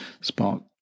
spark